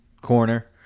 corner